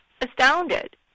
astounded